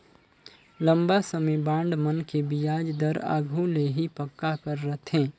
लंबा समे बांड मन के बियाज दर आघु ले ही पक्का कर रथें